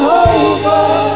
over